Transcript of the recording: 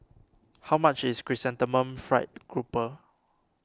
how much is Chrysanthemum Fried Grouper